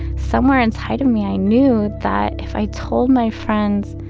somewhere inside of me, i knew that if i told my friends